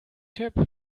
tipp